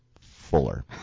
fuller